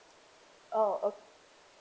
oh O